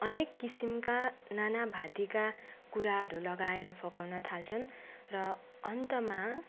अनेक किसिमका नानाभाँतीका कुराहरू लगाएर फकाउन थाल्छन् र अन्तमा